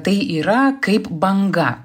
tai yra kaip banga